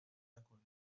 نکنی